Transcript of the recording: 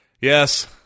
Yes